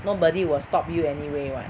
nobody will stop you anyway [what]